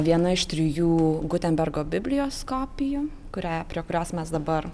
viena iš trijų gutenbergo biblijos kopijų kurią prie kurios mes dabar